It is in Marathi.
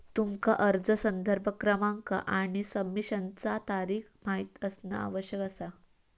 तुमका अर्ज संदर्भ क्रमांक आणि सबमिशनचा तारीख माहित असणा आवश्यक असा